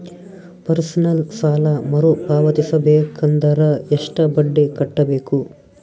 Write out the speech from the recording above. Personal ಸಾಲ ಮರು ಪಾವತಿಸಬೇಕಂದರ ಎಷ್ಟ ಬಡ್ಡಿ ಕಟ್ಟಬೇಕು?